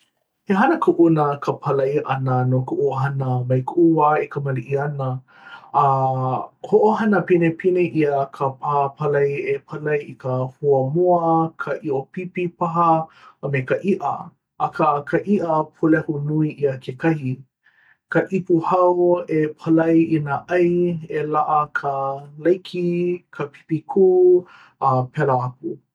he hana kuʻuna ka palai ʻana no kuʻu ʻohana mai koʻu wā e kamaliʻi ana a hoʻohana pinepine ʻia ka pā palai e palai i ka huamoa ka ʻiʻo pipi paha a me ka iʻa akā ka iʻa pulehu nui ʻia kekahi ka ipu hao e paila i nā ʻai e laʻa ka laikī, ka pipi kū a pēlā aku